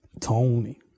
Tony